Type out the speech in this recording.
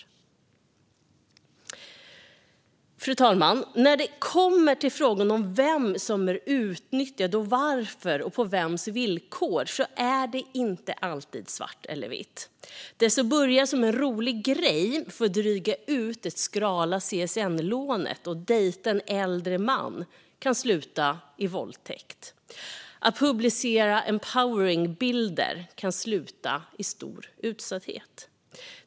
Fru talman! Svaret på frågan om vem som är utnyttjad och varför och på vems villkor är inte alltid svart eller vitt. Det som börjar som en rolig grej, att dejta en äldre man för att dryga ut det skrala CSN-lånet, kan sluta i våldtäkt. Att publicera empowering bilder kan sluta i stor utsatthet.